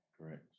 correct